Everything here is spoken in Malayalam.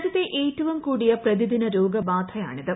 രാജ്യത്ത് ഏറ്റവും കൂടിയ പ്രതിദിന രോഗ ബാധിയാണിത്